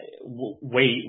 wait